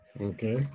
Okay